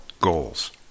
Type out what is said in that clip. Goals